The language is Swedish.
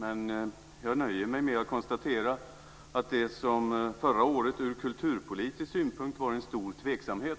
Men jag nöjer mig med att konstatera att det som förra året ur kulturpolitisk synpunkt var en stor tveksamhet